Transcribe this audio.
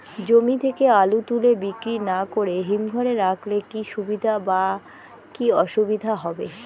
জমি থেকে আলু তুলে বিক্রি না করে হিমঘরে রাখলে কী সুবিধা বা কী অসুবিধা হবে?